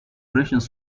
vibrations